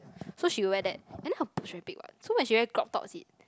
so she wear that and then her boobs very big right so when she wear crop top